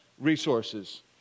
resources